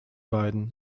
beiden